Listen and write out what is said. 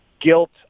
guilt